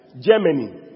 Germany